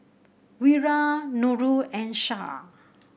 Wira Nurul and Shah